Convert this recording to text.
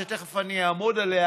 שאני תכף אעמוד עליה,